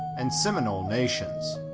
and seminole nations.